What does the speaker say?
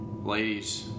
Ladies